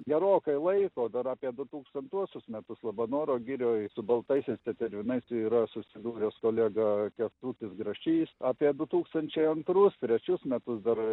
gerokai laiko dar apie du tūkstantuosius metus labanoro girioj su baltaisiais tetervinais tai yra susidūręs kolega kęstutis grašys apie du tūkstančiai antrus trečius metus dar